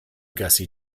gussie